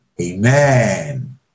Amen